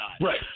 Right